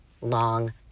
long